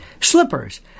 slippers